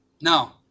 No